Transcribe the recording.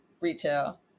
retail